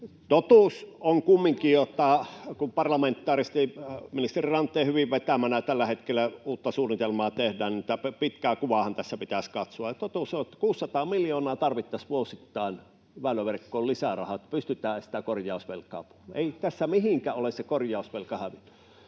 Totuus on kumminkin, että kun parlamentaarisesti ministeri Ranteen hyvin vetämänä tällä hetkellä uutta suunnitelmaa tehdään, niin tätä pitkää kuvaahan tässä pitäisi katsoa. Totuus on, että 600 miljoonaa tarvittaisiin vuosittain väyläverkkoon lisää rahaa — ei tässä mihinkään ole se korjausvelka hävinnyt.